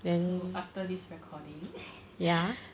so after this recording